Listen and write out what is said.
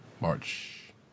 March